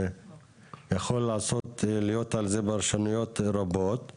יכולות להיות על זה פרשנויות רבות.